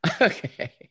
Okay